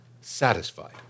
satisfied